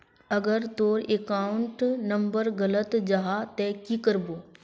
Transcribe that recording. अगर तोर account number गलत जाहा ते की करबो?